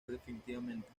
definitivamente